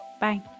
Bye